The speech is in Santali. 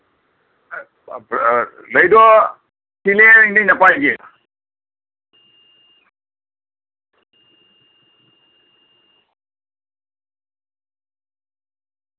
ᱞᱟᱹᱭ ᱫᱚ ᱛᱤᱱᱟᱹᱝ ᱤᱧ ᱫᱚ ᱱᱟᱯᱟᱭ ᱜᱮ